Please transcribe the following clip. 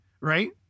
right